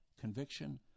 conviction